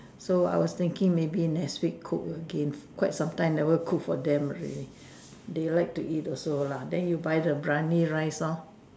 so I was thinking maybe next week cook again quite some time never cook for them already they like to eat also lah the you buy the Biryani rice lor